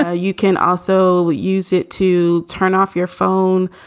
ah you can also use it to turn off your phone.